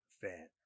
fan